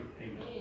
Amen